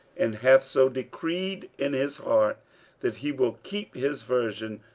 and hath so decreed in his heart that he will keep his virgin,